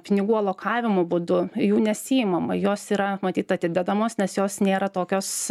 pinigų alokavimo būdu jų nesiimama jos yra matyt atidedamos nes jos nėra tokios